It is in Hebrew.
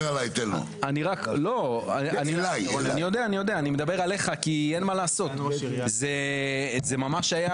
אני מדבר עליך כי אין מה לעשות, זה ממש היה